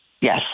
yes